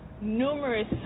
numerous